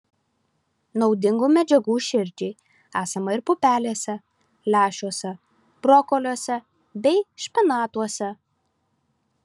naudingų medžiagų širdžiai esama ir pupelėse lęšiuose brokoliuose bei špinatuose